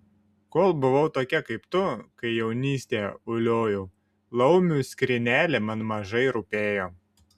kol buvau tokia kaip tu kai jaunystę uliojau laumių skrynelė man mažai rūpėjo